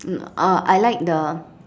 um uh I like the